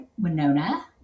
Winona